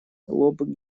лоб